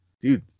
dude